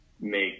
make